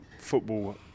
football